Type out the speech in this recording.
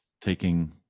taking